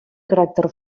caràcter